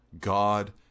God